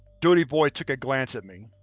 duty boy took a glance at me.